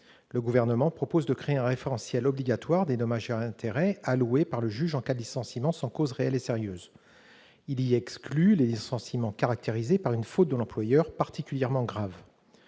Le Gouvernement propose de créer un référentiel obligatoire des dommages et intérêts alloués par le juge en cas de licenciement sans cause réelle et sérieuse. Il en exclut les licenciements caractérisés par une faute de l'employeur particulièrement grave.